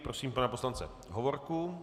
Prosím pana poslance Hovorku.